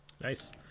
nice